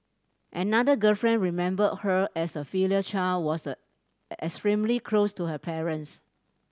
another girlfriend remember her as a filial child was extremely close to her parents